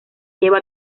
lleva